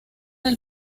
del